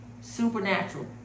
supernatural